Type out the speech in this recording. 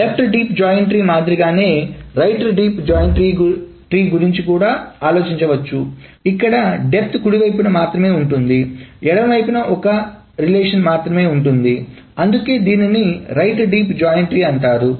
left deep join tree మాదిరిగానే right deep join tree గురించి కూడా ఆలోచించ వచ్చు ఇక్కడ దెప్థ్ కుడి వైపున మాత్రమే ఉంటుంది ఎడమ వైపు ఒక సంబంధం మాత్రమే ఉంటుంది అందుకే దీన్ని రైట్ డీప్ జాయిన్ ట్రీ అంటారు